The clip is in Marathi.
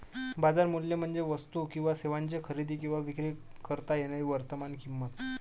बाजार मूल्य म्हणजे वस्तू किंवा सेवांची खरेदी किंवा विक्री करता येणारी वर्तमान किंमत